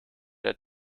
der